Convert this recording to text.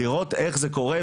לראות איך זה קורה,